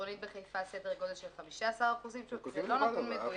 במטרונית בחיפה סדר גודל של 15%. זה לא נתון מדויק.